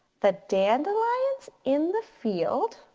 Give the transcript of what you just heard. the dandelions in the field,